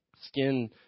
skin